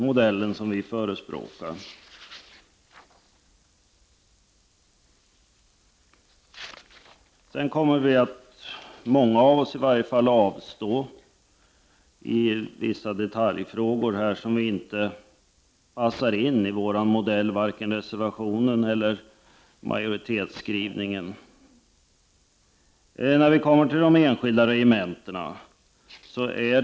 Många av oss i miljöpartiet kommer att avstå från att rösta i vissa detaljfrågor där inte vare sig reservationer eller majoritetsskrivning passar in i vår modell.